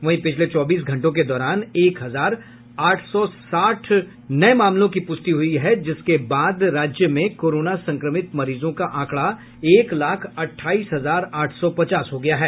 वहीं पिछले चौबीस घंटों के दौरान एक हजार आठ सौ साठ नये मामलों की पुष्टि हुई है जिसके बाद राज्य में कोरोना संक्रमित मरीजों का आंकड़ा एक लाख अठाईस हजार आठ सौ पचास हो गया है